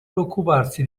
preoccuparsi